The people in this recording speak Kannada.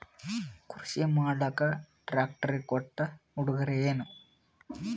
ಕೃಷಿ ಮಾಡಲಾಕ ಟ್ರಾಕ್ಟರಿ ಕೊಟ್ಟ ಉಡುಗೊರೆಯೇನ?